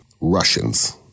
Russians